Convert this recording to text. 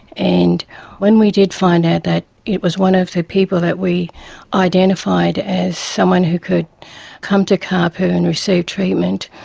and when we did find out that it was one of the people that we identified as someone who could come to caaapu and receive treatment,